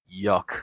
Yuck